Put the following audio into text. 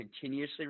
continuously